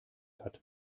hat